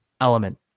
element